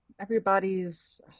Everybody's